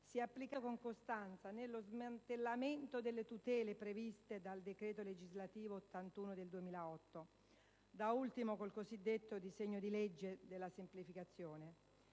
è applicato con costanza nello smantellamento delle tutele previste dal decreto legislativo n. 81 del 2008, da ultimo con il cosiddetto disegno di legge sulla semplificazione.